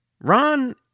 Ron